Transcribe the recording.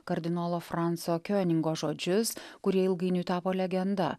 kardinolo franco kioningo žodžius kurie ilgainiui tapo legenda